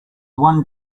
one